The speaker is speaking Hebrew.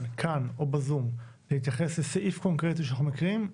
כאן או בזום להתייחס לסעיף קונקרטי שאנחנו מקריאים,